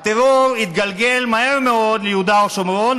הטרור התגלגל מהר מאוד ליהודה ושומרון.